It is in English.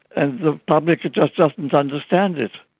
and the public just doesn't understand it.